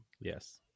Yes